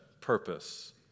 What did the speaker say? purpose